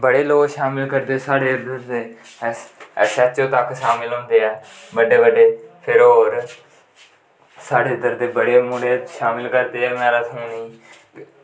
बड़े लोग शामल करदे साढ़े इद्धर दे ऐस ऐच ओ तक शामल होंदे ऐ बड्डे बड्डे फिर होर साढ़े इद्धर दे बड़े मुड़े शामल करदे ऐ मैराथान गी